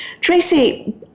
Tracy